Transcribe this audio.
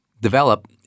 develop